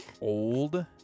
old